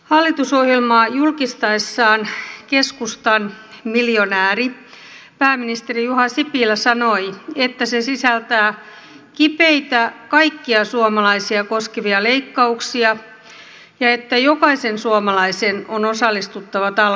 hallitusohjelmaa julkistaessaan keskustan miljonääri pääministeri juha sipilä sanoi että se sisältää kipeitä kaikkia suomalaisia koskevia leikkauksia ja että jokaisen suomalaisen on osallistuttava talkoisiin